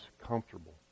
comfortable